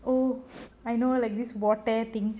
oh I know like this walk tear thing